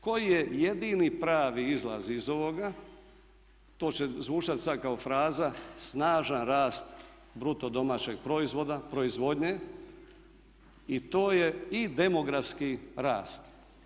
Koji je jedini pravi izlaz iz ovoga to će zvučati sad kao fraza snažan rast bruto domaćeg proizvoda, proizvodnje i to je i demografski rast.